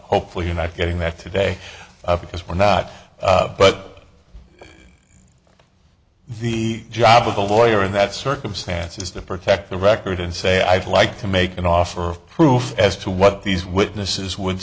hopefully you're not getting that today because we're not but the job of a lawyer in that circumstance is to protect the record and say i'd like to make an offer of proof as to what these witnesses would